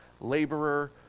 laborer